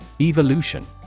Evolution